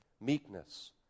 meekness